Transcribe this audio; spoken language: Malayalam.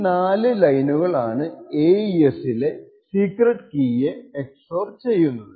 ഈ 4 ലൈനുകൾ ആണ് AES ലെ സീക്രെട്ട് കീയെ XOR ചെയ്യുന്നത്